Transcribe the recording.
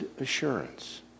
Assurance